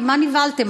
ממה נבהלתם?